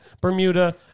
Bermuda